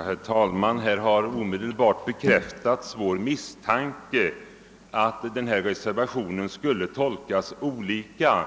Herr talman! Här har omedelbart bekräftats vår misstanke om att reservationen skulle tolkas olika,